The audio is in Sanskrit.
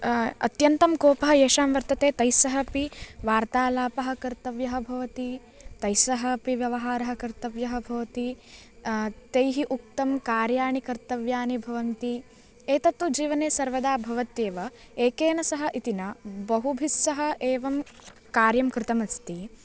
अत्यन्तं कोपः येषां वर्तते तैः सहापि वार्तालापः कर्तव्यः भवति तैः सहापि व्यवहारः कर्तव्यः भवति तैः उक्तं कार्याणि कर्तव्यानि भवन्ति एतत्तु जीवने सर्वदा भवत्येव एकेन सह इति न बहुभिः सह एवं कार्यं कृतमस्ति